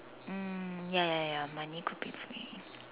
mm ya ya ya money could be free